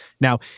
Now